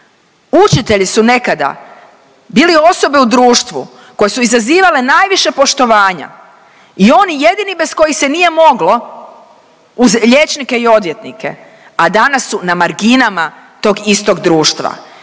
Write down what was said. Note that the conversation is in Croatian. učitelji su nekada bili osobe u društvu koje su izazivale najviše poštovanja i oni jedini bez kojih se nije moglo uz liječnike i odvjetnike, a danas su na marginama tog istog društva.